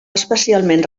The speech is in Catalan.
especialment